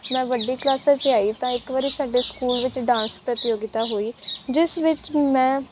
ਮੈਂ ਵੱਡੀ ਕਲਾਸਾਂ 'ਚ ਆਈ ਤਾਂ ਇੱਕ ਵਾਰੀ ਸਾਡੇ ਸਕੂਲ ਵਿੱਚ ਡਾਂਸ ਪ੍ਰਤੀਯੋਗਿਤਾ ਹੋਈ ਜਿਸ ਵਿੱਚ ਮੈਂ